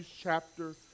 chapter